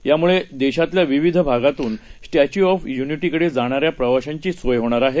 यामुळे देशातल्या विविध भागातून स्टॅच्यू ऑफ यूनिटी कडे जाणाऱ्या प्रवाशांची सोय होणार आहे